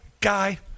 guy